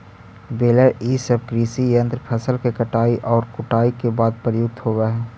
baler इ सब कृषि यन्त्र फसल के कटाई औउर कुटाई के बाद प्रयुक्त होवऽ हई